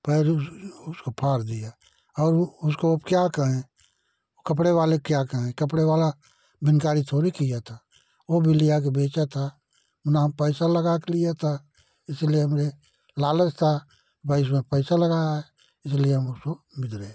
पैर उसको फाड़ दिया और उसको अब क्या कहे कपड़े वाले क्या कहे कपड़े वाला बिनकारी थोड़ी किया था वो भी लिया के बेचा था उ न पैसा लगा के लिया था इसीलिए मुझे लालच था भाई उसमें पैसा लगाया है इसलिए हम उसको बिदरे